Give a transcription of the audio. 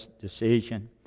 decision